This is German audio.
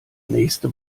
nächste